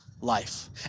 life